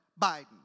Biden